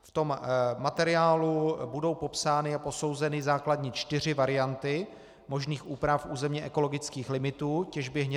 V tom materiálu budou popsány a posouzeny základní čtyři varianty možných úprav územně ekologických limitů těžby hnědého uhlí.